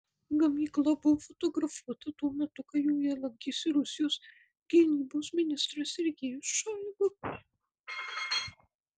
gamykla buvo fotografuota tuo metu kai joje lankėsi rusijos gynybos ministras sergejus šoigu